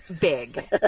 big